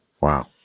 Wow